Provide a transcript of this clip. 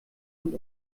und